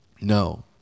No